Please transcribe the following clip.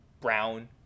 Brown